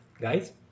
guys